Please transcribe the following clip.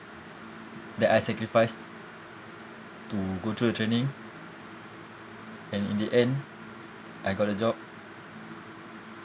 that I sacrifice to go through the training and in the end I got a job